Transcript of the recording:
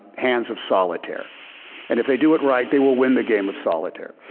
hands of solitaire and if they do it, right they will win the game of solitaire.